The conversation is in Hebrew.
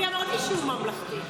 אני אמרתי שהוא ממלכתי.